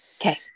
okay